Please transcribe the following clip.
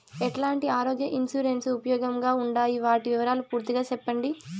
ఎట్లాంటి ఆరోగ్య ఇన్సూరెన్సు ఉపయోగం గా ఉండాయి వాటి వివరాలు పూర్తిగా సెప్పండి?